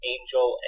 Angel